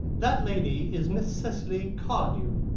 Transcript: that lady is miss cecily cardew,